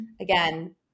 again